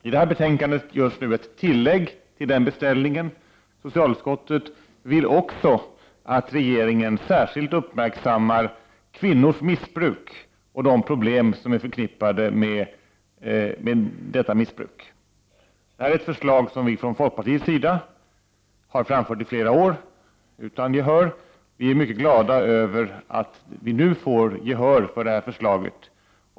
I detta betänkande görs nu ett tillägg till denna beställning. Socialutskottet vill också att regeringen särskilt uppmärksammar kvinnors missbruk och de problem som är förknippade med detta missbruk. Detta är ett förslag som vi från folkpartiets sida har framfört i flera år, utan gehör. Vi är mycket glada över att vi nu får gehör för förslaget.